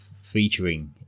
featuring